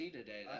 today